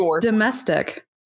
domestic